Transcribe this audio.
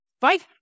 fight